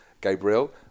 Gabriel